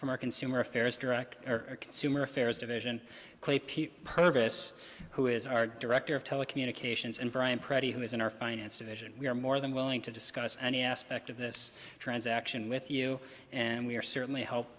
from our consumer affairs director of consumer affairs division clay pete purvis who is our director of telecommunications and brian pretty who is in our finance division we are more than willing to discuss any aspect of this transaction with you and we are certainly help